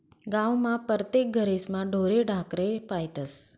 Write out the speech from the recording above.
गावमा परतेक घरेस्मा ढोरे ढाकरे पायतस